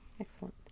Excellent